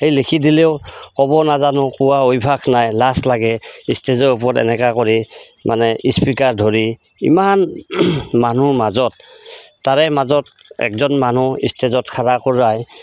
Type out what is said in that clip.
সেই লিখি দিলেও ক'ব নাজানো কোৱা অভ্যাস নাই লাজ লাগে ষ্টেজৰ ওপৰত এনেকৈ কৰি মানে স্পীকাৰ ধৰি ইমান মানুহ মাজত তাৰে মাজত একজন মানুহ ষ্টেজত খাৰা কৰাই